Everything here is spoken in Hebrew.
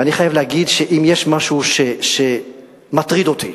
ואני חייב להגיד שאם יש משהו שמטריד אותי,